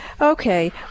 Okay